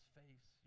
face